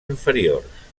inferiors